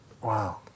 Wow